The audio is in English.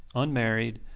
unmarried,